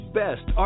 best